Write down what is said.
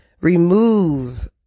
Remove